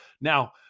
now